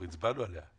אנחנו הצבענו עליה.